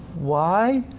why?